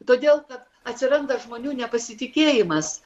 todėl kad atsiranda žmonių nepasitikėjimas